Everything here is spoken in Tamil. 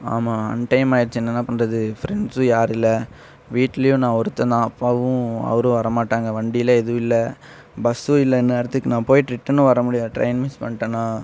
ஆமாம் அன்டைம் ஆகிடுச்சி என்னண்ணா பண்றது ஃபிரண்ட்ஸும் யாரும் இல்லை வீட்லேயும் நான் ஒருத்தன் தான் அப்பாவும் அவரும் வரமாட்டாங்க வண்டிலாம் எதுவும் இல்லை பஸ்ஸும் இல்லை இந்நேரத்துக்கு நான் போயிட்டு ரிட்டனும் வரமுடியாது ட்ரெயின் மிஸ் பண்ணிட்டேனா